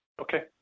Okay